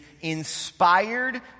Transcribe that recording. inspired